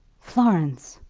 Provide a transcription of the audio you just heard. florence!